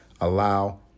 allow